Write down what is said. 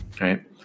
right